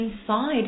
inside